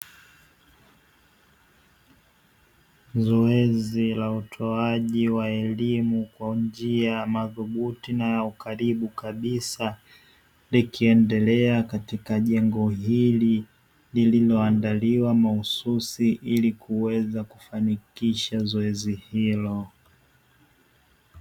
Zoezi la utoaji wa elimu kwa njia madhubuti na ya ukaribu kabisa, likiendelea katika jengo hili lililoandaliwa mahususi ili kuweza kufanikisha zoezi hilo.